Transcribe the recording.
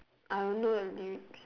I don't know the lyrics